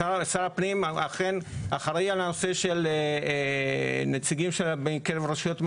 שר הפנים אכן אחראי על הנושא של נציגים בקרב רשויות מקומיות.